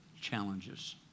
challenges